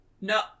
No